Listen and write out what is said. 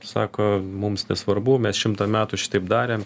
sako mums nesvarbu mes šimtą metų šitaip darėm